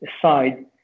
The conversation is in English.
aside